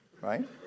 right